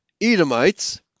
Edomites